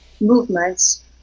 movements